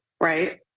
right